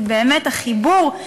כי באמת החיבור,